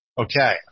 Okay